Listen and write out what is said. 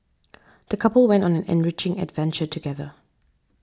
the couple went on an enriching adventure together